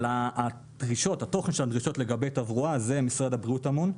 אבל התוכן של הדרישות לגבי תברואה על זה משרד הבריאות אמון.